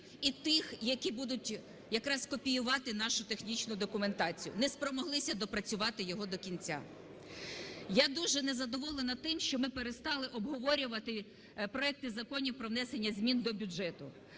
і тих, які будуть якраз копіювати нашу технічну документацію. Не спромоглися доопрацювати його до кінця. Я дуже незадоволена тим, що ми перестали обговорювати проекти законів про внесення змін до бюджету.